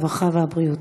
הרווחה והבריאות.